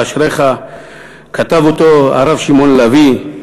אשריך"; כתב אותו הרב שמעון לביא,